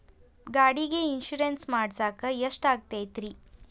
ಗಾಡಿಗೆ ಇನ್ಶೂರೆನ್ಸ್ ಮಾಡಸಾಕ ಎಷ್ಟಾಗತೈತ್ರಿ?